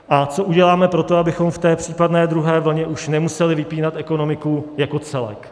A co uděláme pro to, abychom v té případné druhé vlně už nemuseli vypínat ekonomiku jako celek?